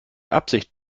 absicht